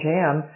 Jam